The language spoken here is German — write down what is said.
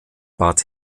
bad